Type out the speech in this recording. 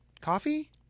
coffee